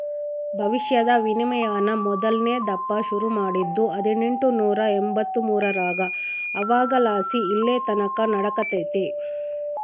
ಭವಿಷ್ಯದ ವಿನಿಮಯಾನ ಮೊದಲ್ನೇ ದಪ್ಪ ಶುರು ಮಾಡಿದ್ದು ಹದಿನೆಂಟುನೂರ ಎಂಬಂತ್ತು ಮೂರರಾಗ ಅವಾಗಲಾಸಿ ಇಲ್ಲೆತಕನ ನಡೆಕತ್ತೆತೆ